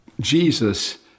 Jesus